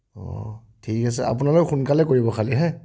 অ ঠিক আছে আপোনালোকে সোনকালে কৰিব খালি হা